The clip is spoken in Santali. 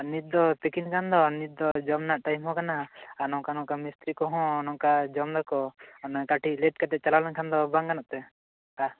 ᱟᱨ ᱱᱤᱛ ᱫᱚ ᱛᱤᱠᱤᱱ ᱟᱠᱟᱱᱫᱚ ᱱᱤᱛ ᱫᱚ ᱡᱚᱢ ᱨᱮᱱᱟᱜ ᱴᱟᱭᱤᱢ ᱦᱚᱸ ᱠᱟᱱᱟ ᱟᱨ ᱱᱚᱝᱠᱟ ᱱᱚᱝᱠᱟ ᱢᱤᱥᱛᱨᱤ ᱠᱚᱦᱚᱸ ᱱᱚᱝᱠᱟ ᱡᱚᱢ ᱮᱫᱟᱠᱚ ᱟᱨ ᱠᱟᱹᱴᱤᱡ ᱞᱮᱴ ᱠᱟᱛᱮ ᱪᱟᱞᱟᱣ ᱞᱮᱠᱷᱟᱱ ᱫᱚ ᱵᱟᱝ ᱜᱟᱱᱚᱜ ᱛᱮ